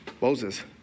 Moses